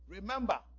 Remember